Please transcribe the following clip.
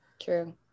true